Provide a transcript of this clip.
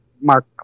Mark